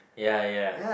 ya ya